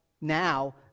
now